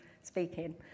speaking